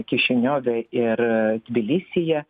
kišiniove ir tbilisyje